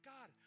God